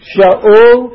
Shaul